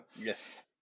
Yes